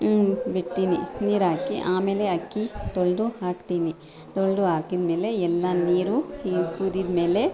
ಬಿಡ್ತೀನಿ ನೀರು ಹಾಕಿ ಆಮೇಲೆ ಅಕ್ಕಿ ತೊಳೆದು ಹಾಕ್ತೀನಿ ತೊಳೆದು ಹಾಕಿದ್ಮೇಲೆ ಎಲ್ಲ ನೀರು ನೀರು ಕುದಿದ ಮೇಲೆ